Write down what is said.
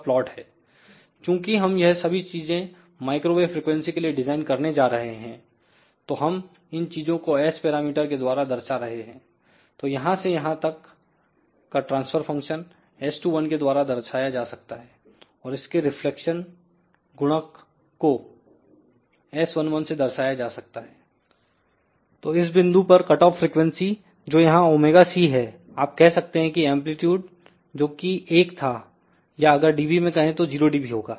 plot है चुकि हम यह सभी चीजें माइक्रोवेव फ्रिकवेंसी के लिए डिजाइन करने जा रहे हैं तो हम इन चीजों को s पैरामीटर केद्वारा दर्शा रहे हैं तो यहां से यहां यहां तक का ट्रांसफर फंक्शन S21 के द्वारा दर्शाया जा सकता है और इसके रिफ्लेक्शन गुणक को S11से दर्शाया जा सकता हैतो इस बिंदु पर कट ऑफ फ्रीक्वेंसी जो यहां ωc है आप कह सकते हैं कि एंप्लीट्यूड जोकि एक था या अगर dB में कहे तो 0dB होगा